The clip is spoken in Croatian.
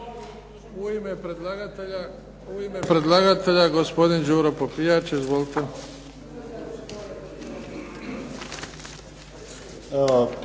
U ime predlagatelja, gospodin Đuro Popijač. Izvolite.